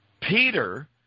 Peter